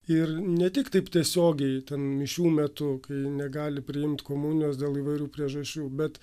ir ne tik taip tiesiogiai ten mišių metu kai negali priimt komunijos dėl įvairių priežasčių bet